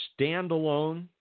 standalone